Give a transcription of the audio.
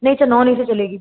नहीं sir non AC A C चलेगी